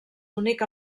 únic